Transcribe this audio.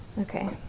Okay